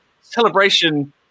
celebration